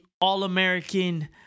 All-American